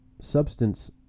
substance